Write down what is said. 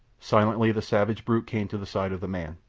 silently the savage brute came to the side of the man.